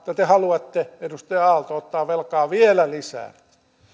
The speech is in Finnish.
mutta te haluatte edustaja aalto ottaa velkaa vielä lisää